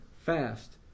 fast